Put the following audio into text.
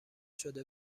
شده